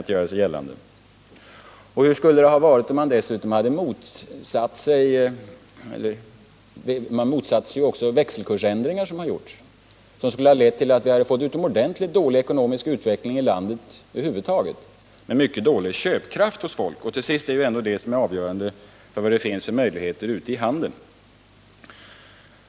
Hur skulle situationen ha varit om man dessutom inte hade vidtagit växelkursändringarna? Jo, vi hade fått en utomordentligt 83 dålig ekonomisk utveckling i landet över huvud taget med en mycket dålig köpkraft hos folk. Och till sist är det ändå det som är avgörande för vad det finns för möjligheter för handeln.